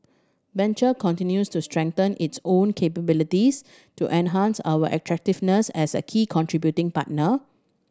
venture continues to strengthen its own capabilities to enhance our attractiveness as a key contributing partner